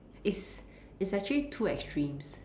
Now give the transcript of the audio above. is is actually two extremes